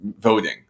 voting